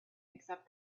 except